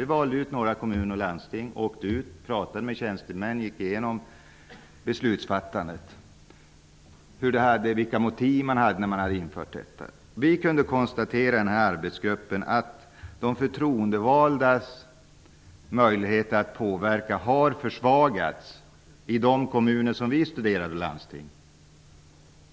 Vi valde ut några kommuner och landsting, åkte dit, pratade med tjänstemän, gick igenom beslutsfattandet och vilka motiv man hade när man införde detta. Vi kunde konstatera i arbetsgruppen att de förtroendevaldas möjlighet att påverka har försvagats i de kommuner och landsting som vi studerade,